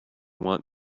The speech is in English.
want